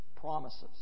promises